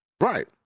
Right